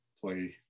play